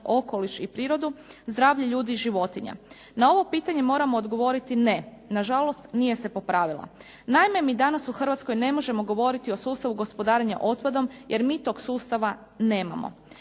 okoliš i prirodu, zdravlje ljudi i životinja? Na ovo pitanje moramo odgovoriti ne. Nažalost, nije se popravila. Naime, mi danas u Hrvatskoj ne možemo govoriti o sustavu gospodarenja otpadom jer mi tog sustava nemamo.